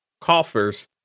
coffers